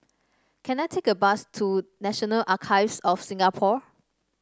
can I take a bus to National Archives of Singapore